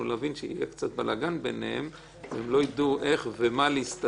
להבין שיהיה קצת בלגן ביניהם והם לא יידעו איך להסתדר.